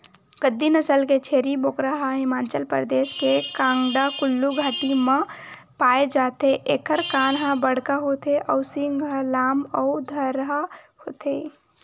गद्दी नसल के छेरी बोकरा ह हिमाचल परदेस के कांगडा कुल्लू घाटी म पाए जाथे एखर कान ह बड़का होथे अउ सींग ह लाम अउ धरहा होथे